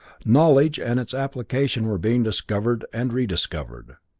knowledge and its application were being discovered and rediscovered.